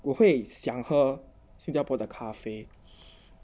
我会想喝新加坡的咖啡